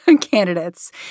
candidates